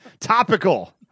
Topical